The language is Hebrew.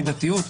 על מידתיות,